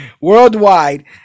worldwide